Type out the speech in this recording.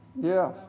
Yes